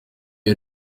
iyo